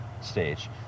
stage